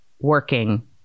working